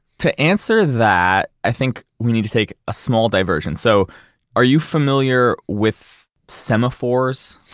to answer that, i think we need to take a small diversion. so are you familiar with semaphores?